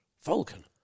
Falcon